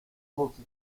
molti